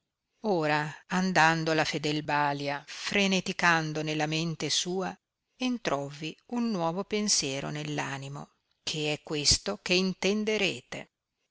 ora andando la fedel balia freneticando nella mente sua entrovvi un nuovo pensiero nell'animo che è questo che intenderete